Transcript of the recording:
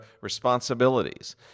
responsibilities